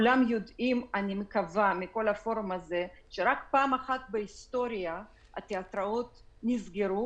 אני מקווה שכולם פה יודעים שרק פעם אחת בהיסטוריה התאטראות נסגרו.